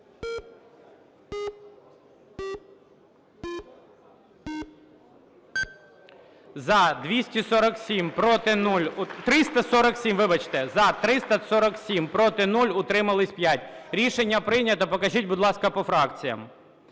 За-347 Проти – 0, утримались – 5. Рішення прийнято. Покажіть, будь ласка, по фракціям: